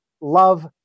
love